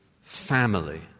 family